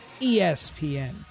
ESPN